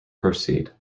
proceed